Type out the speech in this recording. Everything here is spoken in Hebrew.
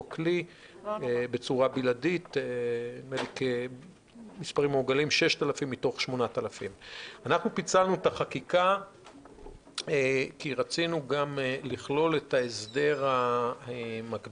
כלי בצורה בלעדית במספרים מעוגלים 6,000 מתוך 8,000. אנחנו פיצלנו את החקיקה כי רצינו גם לכלול את ההסדר המקביל,